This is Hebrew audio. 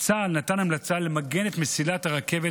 צה"ל נתן המלצה למגן את מסילת הרכבת